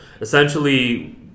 essentially